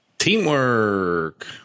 Teamwork